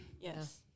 Yes